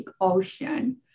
Ocean